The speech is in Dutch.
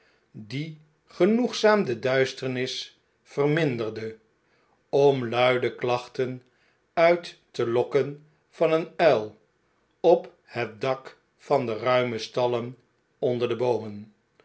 die genoegzaam de duisternis verminderde om luide klachten uit te lokken van een uil op het dak van de ruime stallen onder de boomen